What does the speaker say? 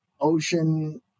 ocean